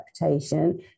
interpretation